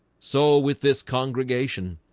so with this congregation